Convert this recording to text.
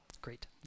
great